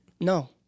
No